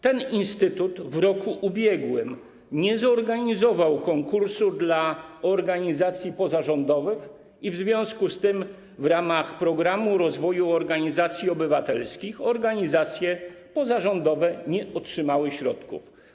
Ten instytut w roku ubiegłym nie zorganizował konkursu dla organizacji pozarządowych i w związku z tym w ramach programu rozwoju organizacji obywatelskich organizacje pozarządowe nie otrzymały środków.